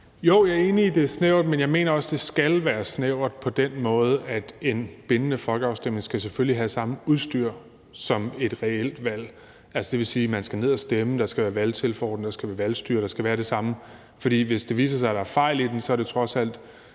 Jo, jeg er enig i, at det er snævert, men jeg mener også, at det skal være snævert på den måde, at en bindende folkeafstemning selvfølgelig skal have samme udstyr som et reelt valg. Det vil sige, at man skal ned og stemme, at der skal være valgtilforordnede, at der skal være valgstyrere, at der skal være det samme. For hvis det viser sig, at der er fejl i det, er det trods alt